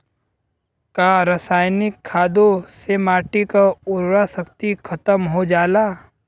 का रसायनिक खादों से माटी क उर्वरा शक्ति खतम हो जाला?